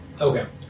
Okay